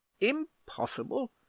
impossible